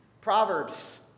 Proverbs